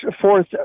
fourth